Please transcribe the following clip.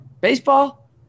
baseball